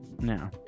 No